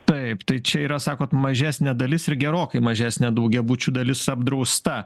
taip tai čia yra sakot mažesnė dalis ir gerokai mažesnė daugiabučių dalis apdrausta